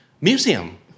museum